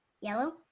Yellow